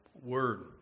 word